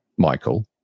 michael